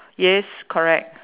yes correct